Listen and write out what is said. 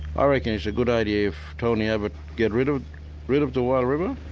ah reckon it's a good idea if tony abbot get rid of rid of the wild river,